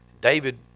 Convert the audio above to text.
David